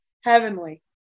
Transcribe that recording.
Heavenly